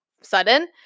sudden